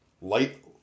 light